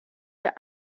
der